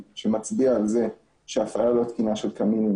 שמצביע על זה שהפעלה לא תקינה של קמינים